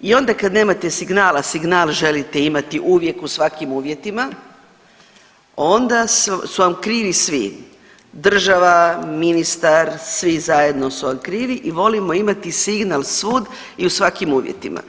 i onda kad nemate signala, a signal želite imati uvijek u svakim uvjetima onda su vam krivi svi, država, ministar, svi zajedno su vam krivi i volimo imati signal svud i u svakim uvjetima.